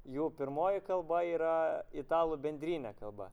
jų pirmoji kalba yra italų bendrinė kalba